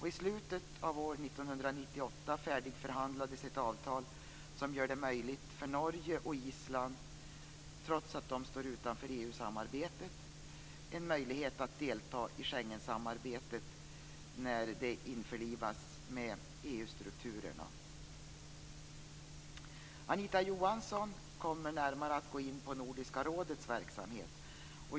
I slutet av år 1998 färdigförhandlades ett avtal som gör det möjligt för Norge och Island, trots att de står utanför EU-samarbetet, att delta i Schengensamarbetet när det har införlivats i Anita Johansson kommer närmare att gå in på Nordiska rådets verksamhet.